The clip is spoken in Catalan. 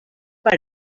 seu